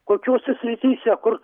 kokiose srityse kur